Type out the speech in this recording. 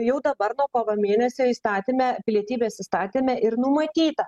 jau dabar nuo kovo mėnesio įstatyme pilietybės įstatyme ir numatyta